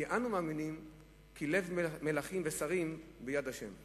כי אנו מאמינים כי "לב מלכים ושרים ביד ה'".